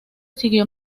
siguió